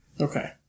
Okay